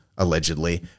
allegedly